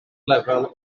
lefel